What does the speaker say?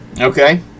okay